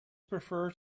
prefer